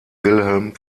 wilhelm